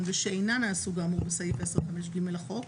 ושאינה מהסוג האמור בסעיף 10(ג)(5) לחוק,